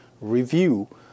review